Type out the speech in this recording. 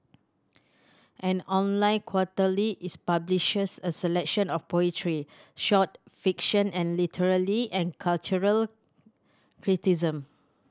an online quarterly its publishes a selection of poetry short fiction and literary and cultural criticism